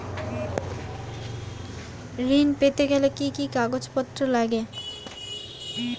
ঋণ পেতে গেলে কি কি কাগজপত্র লাগে?